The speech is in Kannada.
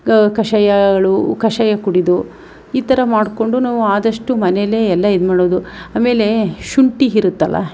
ಕಷಾಯಗಳು ಕಷಾಯ ಕುಡಿದು ಈ ಥರ ಮಾಡಿಕೊಂಡು ನಾವು ಆದಷ್ಟು ಮನೆಯಲ್ಲೇ ಎಲ್ಲ ಇದುಮಾಡೋದು ಆಮೇಲೆ ಶುಂಠಿ ಇರುತ್ತಲ್ಲ